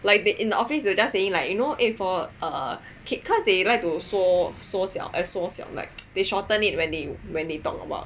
like they in the office they were just saying like you know eh for Kat cause they like to 缩缩小 eh 缩小 like they shorten it when they when they talk about